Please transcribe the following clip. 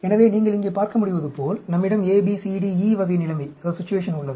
எனவே நீங்கள் இங்கே பார்க்கமுடிவதுபோல் நம்மிடம் A B C D E வகை நிலைமை உள்ளது